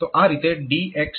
તો આ રીતે આ DX